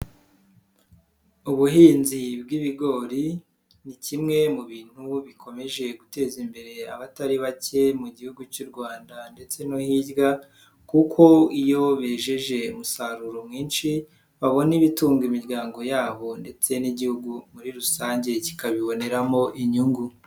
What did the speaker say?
Ubuhinzi bw'ibigori, ni kimwe mu bintu bikomeje guteza imbere abatari bake mu gihugu cy'u Rwanda ndetse no hirya kuko iyo bejeje umusaruro mwinshi, babona ibitunga imiryango yabo ndetse n'igihugu muri rusange kikabiboneramo inyungu.